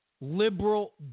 liberal